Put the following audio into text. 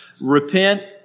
Repent